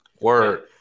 Word